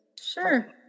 Sure